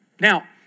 Now